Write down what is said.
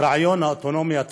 את רעיון האוטונומיה התרבותית,